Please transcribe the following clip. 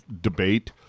debate